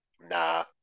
nah